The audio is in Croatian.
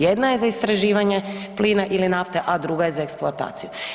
Jedna je za istraživanje plina ili nafte, a druga je za eksploataciju.